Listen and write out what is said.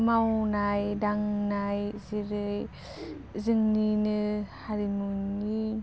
मावनाय दांनाय जेरै जोंनिनो हारिमुनि